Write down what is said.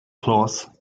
cloth